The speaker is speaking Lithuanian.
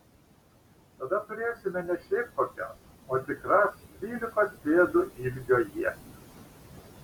tada turėsime ne šiaip kokias o tikras dvylikos pėdų ilgio ietis